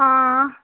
हां